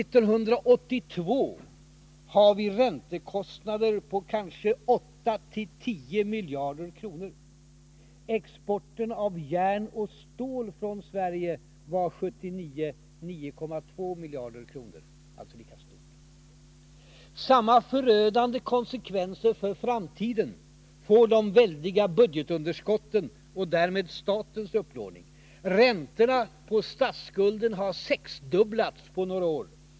1982 har vi räntekostnader på kanske 8-10 miljarder kronor. Exporten av järn och stål från Sverige var 1979 9,2 miljarder kronor — alltså lika mycket. Samma förödande konsekvenser för framtiden får de väldiga budgetunderskotten och därmed statens upplåning. Räntorna på statsskulden har sexdubblats på några år.